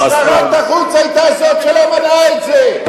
שרת החוץ היתה זאת שלא מנעה את זה.